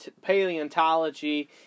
paleontology